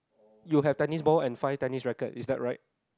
you have tennis balls and five tennis rackets is that right